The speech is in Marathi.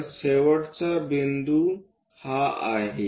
तर शेवटचा बिंदू हा आहे